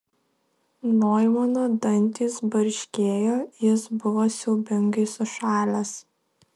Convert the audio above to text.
noimano dantys barškėjo jis buvo siaubingai sušalęs